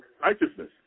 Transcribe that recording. righteousness